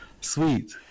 Sweet